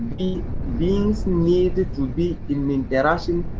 be. beings need to be in interaction